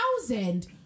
thousand